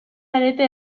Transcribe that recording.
zarete